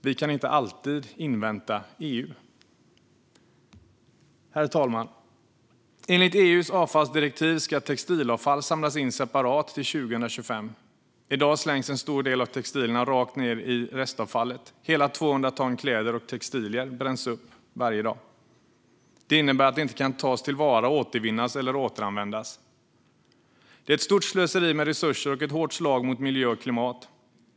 Vi kan inte alltid invänta EU. Herr talman! Enligt EU:s avfallsdirektiv ska textilavfall samlas in separat till år 2025. I dag slängs en stor del av textilierna rakt ned i restavfallet. Hela 200 ton kläder och textilier bränns upp varje dag. Det innebär att de inte kan tas till vara och återvinnas eller återanvändas. Det är ett stort slöseri med resurser och ett hårt slag mot miljö och klimat.